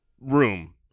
room